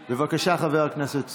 בבקשה, חבר הכנסת סמוטריץ'.